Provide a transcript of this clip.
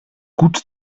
gut